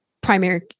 primary